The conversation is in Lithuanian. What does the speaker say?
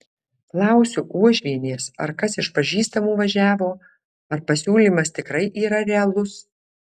klausiu uošvienės ar kas iš pažįstamų važiavo ar pasiūlymas tikrai yra realus